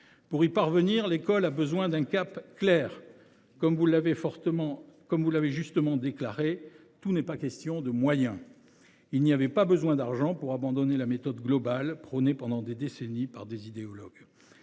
Pour y parvenir, l’école a besoin d’un cap clair. Comme vous l’avez justement déclaré, « tout n’est pas une question de moyens ». Il n’y avait pas besoin d’argent pour abandonner la méthode globale, prônée pendant des décennies par des idéologues